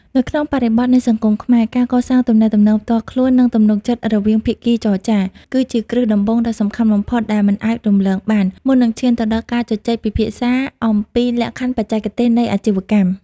នៅក្នុងបរិបទនៃសង្គមខ្មែរ ការកសាងទំនាក់ទំនងផ្ទាល់ខ្លួន និងទំនុកចិត្តរវាងភាគីចរចា គឺជាគ្រឹះដំបូងដ៏សំខាន់បំផុតដែលមិនអាចរំលងបាន មុននឹងឈានទៅដល់ការជជែកពិភាក្សាអំពីលក្ខខណ្ឌបច្ចេកទេសនៃអាជីវកម្ម។